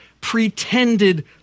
pretended